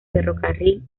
ferrocarril